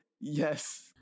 Yes